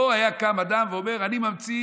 או היה קם אדם ואומר: אני ממציא